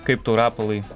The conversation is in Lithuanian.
kaip tau rapolai